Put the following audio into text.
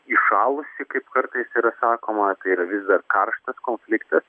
įšalusi kaip kartais yra sakoma yra vis dar karštas konfliktas